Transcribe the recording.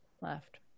left